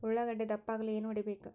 ಉಳ್ಳಾಗಡ್ಡೆ ದಪ್ಪ ಆಗಲು ಏನು ಹೊಡಿಬೇಕು?